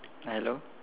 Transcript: hello